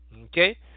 Okay